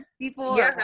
people